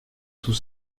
tout